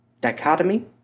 dichotomy